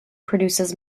produces